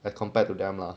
as compared to them lah